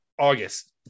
August